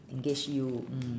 engage you mm